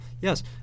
yes